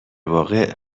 واقع